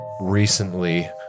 recently